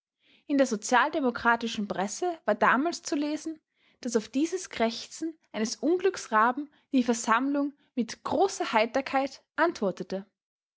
in der sozialdemokratischen presse war damals zu lesen daß auf dieses krächzen eines unglücksraben die versammlung mit großer heiterkeit antwortete